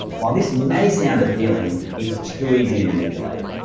while this may sound appealing it's too easy to manipulate.